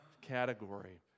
category